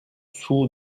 sous